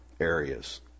areas